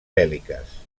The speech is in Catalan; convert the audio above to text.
bèl·liques